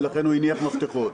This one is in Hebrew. ולכן הוא הניח מפתחות.